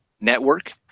network